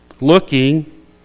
looking